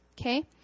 Okay